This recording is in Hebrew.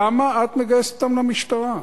למה את מגייסת אותם למשטרה?